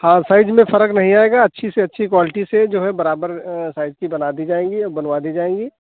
हाँ साइज में फर्क नहीं आएगा अच्छी से अच्छी क्वाल्टी से जो है बराबर साइज कि बना दी जाएंगी बनवा दी जायेंगी